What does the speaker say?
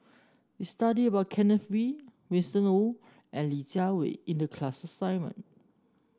we studied about Kenneth Kee Winston Oh and Li Jiawei in the class assignment